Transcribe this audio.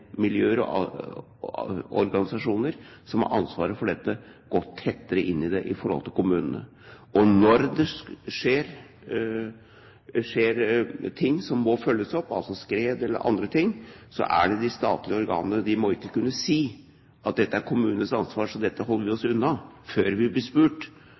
organisasjoner som har ansvaret for dette, gå tettere inn i det overfor kommunene. Og når det skjer ting som må følges opp – skred eller andre ting – må ikke de statlige organene kunne si at dette er kommunenes ansvar, så dette holder vi oss unna før vi blir spurt.